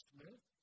Smith